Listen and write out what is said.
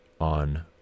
on